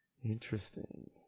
Interesting